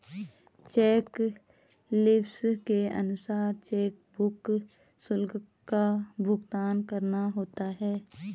check leaves के अनुसार chequebook शुल्क का भुगतान करना होता है